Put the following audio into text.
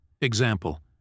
Example